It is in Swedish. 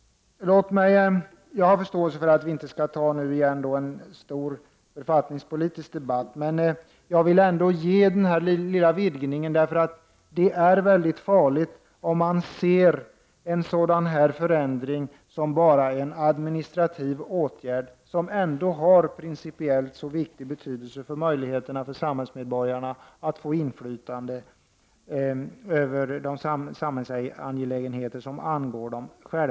Jag har förståelse för att vi inte på nytt skall ta upp en stor författningspolitisk debatt, men jag vill ändå ge denna lilla vidgning, eftersom det är mycket farligt att se en sådan här förändring som endast en administrativ åtgärd. Denna förändring har ju ändå principiellt sett en mycket stor betydelse för medborgarnas möjligheter att få inflytande över de samhällsangelägenheter som angår dem.